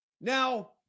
now